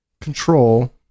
control